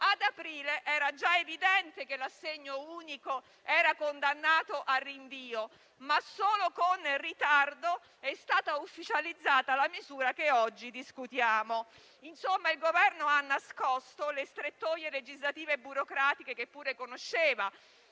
Ad aprile era già evidente che l'assegno unico era condannato a rinvio, ma solo con ritardo è stata ufficializzata la misura che oggi discutiamo. Insomma, il Governo ha nascosto le strettoie legislative e burocratiche, che pure conosceva.